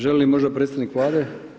Želi li možda predstavnik Vlade?